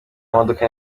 imodoka